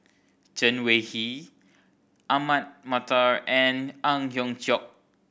Chen Wen Hsi Ahmad Mattar and Ang Hiong Chiok